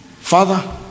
Father